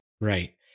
Right